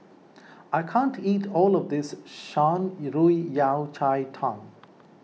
I can't eat all of this Shan Yao Cai Tang